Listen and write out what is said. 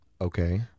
Okay